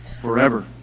forever